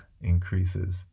increases